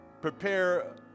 prepare